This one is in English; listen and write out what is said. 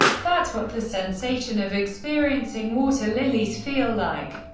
that's what the sensation of experiencing water lilies feel like.